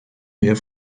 mehr